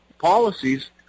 policies